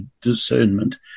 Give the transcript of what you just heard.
discernment